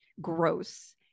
gross